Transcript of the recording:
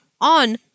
on